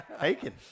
Aiken